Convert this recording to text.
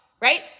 Right